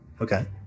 Okay